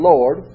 Lord